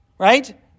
right